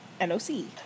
N-O-C